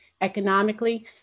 economically